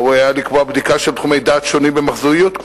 ראוי היה לקבוע בדיקה של תחומי דעת שונים במחזוריות קבועה,